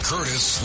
Curtis